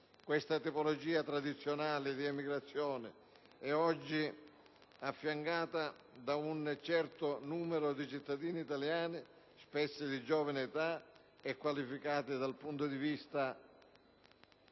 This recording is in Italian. Questa tipologia tradizionale di emigrazione è oggi affiancata da un certo numero di cittadini italiani, spesso di giovane età e qualificati dal punto di vista